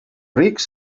rics